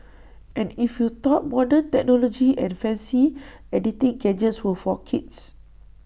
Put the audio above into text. and if you thought modern technology and fancy editing gadgets were for kids